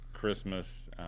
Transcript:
Christmas